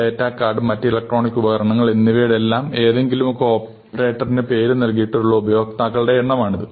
data card മറ്റ് electronic ഉപകരണങ്ങൾ എന്നിവയുടെയെല്ലാം ഏതെങ്കിലുമൊക്കെ ഓപ്പറേറ്ററിനു പേര് നൽകിയിട്ടുള്ള ഉപയോക്താക്കളുടെ എണ്ണമാണിത്